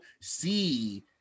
see